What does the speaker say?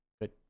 good